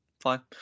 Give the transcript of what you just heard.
fine